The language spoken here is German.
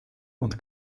und